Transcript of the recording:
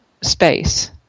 space